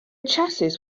chassis